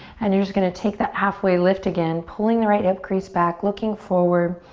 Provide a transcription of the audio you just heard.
and you're just gonna take the halfway lift again. pulling the right hip crease back, looking forward.